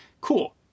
Cool